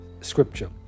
Scripture